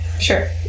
sure